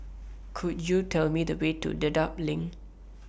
Could YOU Tell Me The Way to Dedap LINK